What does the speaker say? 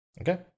Okay